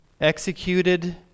executed